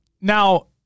now